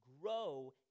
grow